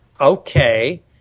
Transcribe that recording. okay